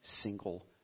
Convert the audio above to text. single